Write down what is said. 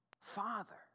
father